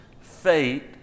fate